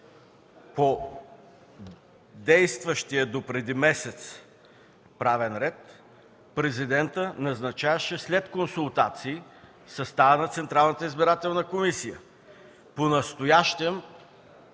По действащия допреди месец правен ред Президентът назначаваше след консултации състава на Централната избирателна комисия. Понастоящем